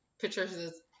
Patricia's